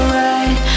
right